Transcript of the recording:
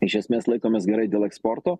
iš esmės laikomės gerai dėl eksporto